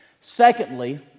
Secondly